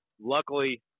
luckily